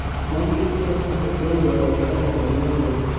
one gets nothing but ill-will and trouble by meddling.